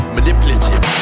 manipulative